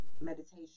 meditation